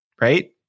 right